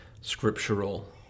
scriptural